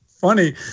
funny